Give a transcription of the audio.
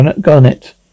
Garnet